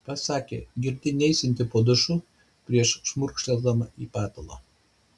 pasakė girdi neisianti po dušu prieš šmurkšteldama į patalą